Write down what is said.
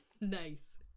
Nice